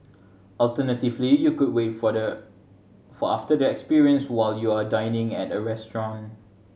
alternatively you could wait for the for after the experience while you are dining at a restaurant